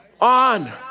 on